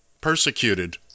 persecuted